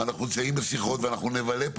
אנחנו נמצאים בשיחות ואנחנו גם נבלה פה